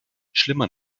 schlimmer